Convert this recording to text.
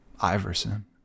iverson